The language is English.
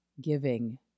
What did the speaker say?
giving